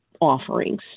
offerings